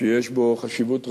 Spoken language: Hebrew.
שיש בו חשיבות רבה,